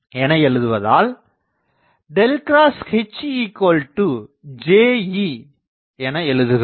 என எழுதுவதால் ᐁHJe என எழுதுகிறோம்